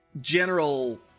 general